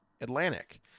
Atlantic